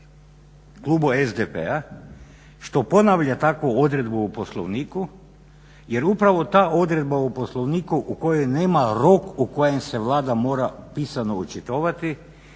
Klubu SDP-a što ponavlja takvu odredbu u Poslovniku. Jer upravo ta odredba o Poslovniku u kojoj nema rok u kojem se Vlada mora pisano očitovati